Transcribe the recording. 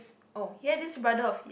oh here this brother of